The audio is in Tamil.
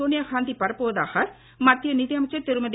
சோனியாகாந்தி பரப்புவதாக மத்திய நிதியமைச்சர் திருமதி